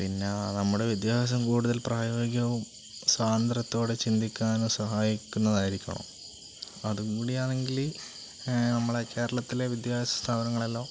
പിന്നെ നമ്മുടെ വിദ്യാഭ്യാസം കൂടുതൽ പ്രായോഗികവും സ്വാതന്ത്ര്യത്തോടെ ചിന്തിക്കാനും സഹായിക്കുന്നതായിരിക്കണം അതുകൂടിയാണെങ്കില് നമ്മുടെ കേരളത്തിലെ വിദ്യാഭാസ സ്ഥാപനങ്ങളെല്ലാം